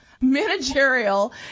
managerial